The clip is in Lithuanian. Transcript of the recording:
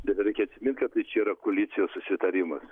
bet dar reikia atsimint kad tai čia yra koalicijos susitarimas